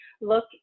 look